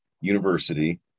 University